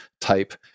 type